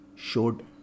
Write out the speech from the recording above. showed